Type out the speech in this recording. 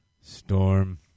Storm